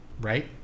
right